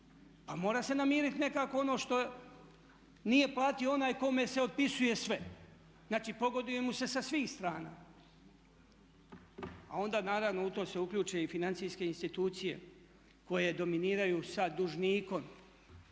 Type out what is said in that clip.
Pa mora se namiriti nekako ono što nije platio onaj kome se otpisuje sve. Znači pogoduje mu se sa svih strana. A onda naravno u to se uključe i financijske institucije koje dominiraju sa dužnikom